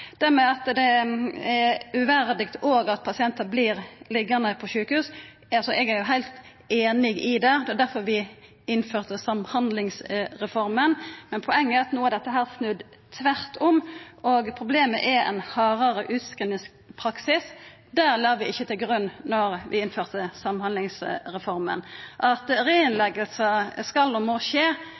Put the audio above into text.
At det er uverdig òg at pasientar vert liggjande på sjukehus, er eg heilt einig i – det var derfor vi innførte Samhandlingsreforma. Men poenget er at no har dette snudd tvert om, og problemet er ein hardare utskrivingspraksis. Det la vi ikkje til grunn då vi innførte Samhandlingsreforma. At reinnleggingar skal og må skje,